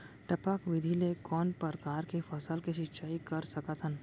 टपक विधि ले कोन परकार के फसल के सिंचाई कर सकत हन?